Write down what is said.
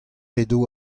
edo